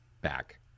back